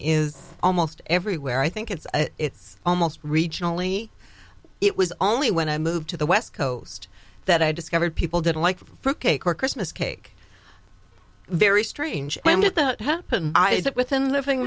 is almost everywhere i think it's it's almost regionally it was only when i moved to the west coast that i discovered people didn't like cake or christmas cake very strange when did that happen is it within living